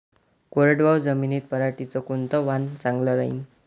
कोरडवाहू जमीनीत पऱ्हाटीचं कोनतं वान चांगलं रायीन?